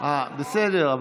בסדר,